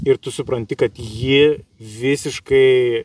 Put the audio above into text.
ir tu supranti kad ji visiškai